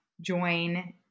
join